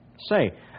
Say